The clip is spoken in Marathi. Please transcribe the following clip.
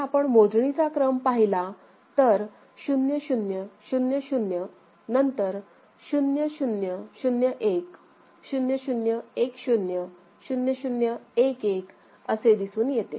जर आपण मोजणीचा क्रम पहिला तर 0 0 0 0 नंतर 0 0 0 1 0 0 1 0 0 0 1 1असे दिसून येते